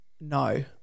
no